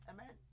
Amen